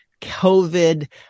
COVID